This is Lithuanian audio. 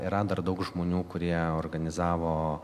yra dar daug žmonių kurie organizavo